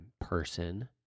person